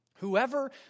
Whoever